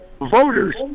voters